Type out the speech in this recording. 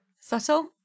Subtle